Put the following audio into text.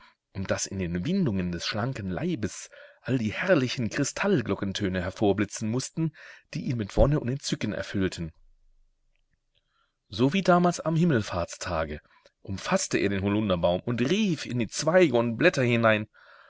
und daß in den windungen des schlanken leibes all die herrlichen kristall glockentöne hervorblitzen mußten die ihn mit wonne und entzücken erfüllten so wie damals am himmelfahrtstage umfaßte er den holunderbaum und rief in die zweige und blätter hinein